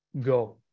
go